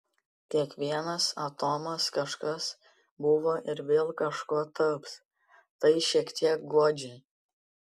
kiekvienas atomas kažkas buvo ir vėl kažkuo taps tai šiek tiek guodžia